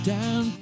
down